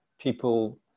people